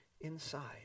inside